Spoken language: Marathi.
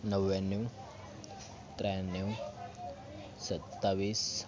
नव्याण्णव त्र्याण्णव सत्तावीस